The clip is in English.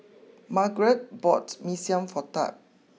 Margeret bought Mee Siam for Tab